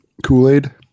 Kool-Aid